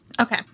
Okay